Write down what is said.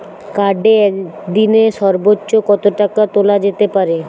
কার্ডে একদিনে সর্বোচ্চ কত টাকা তোলা যেতে পারে?